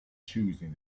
choosing